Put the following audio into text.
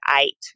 eight